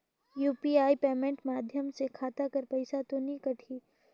UPI payment माध्यम से खाता कर पइसा तो नी कटही?